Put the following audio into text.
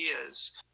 ideas